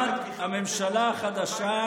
חבר הכנסת היחיד שהורשע,